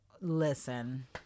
listen